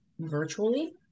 virtually